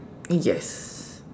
yes